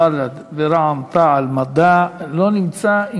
בל"ד ורע"ם-תע"ל-מד"ע, לא נמצא.